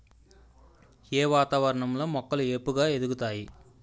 ఏ వాతావరణం లో మొక్కలు ఏపుగ ఎదుగుతాయి?